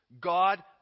God